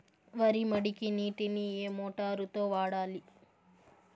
వరి మడికి నీటిని ఏ మోటారు తో వాడాలి?